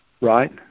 right